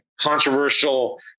controversial